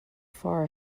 far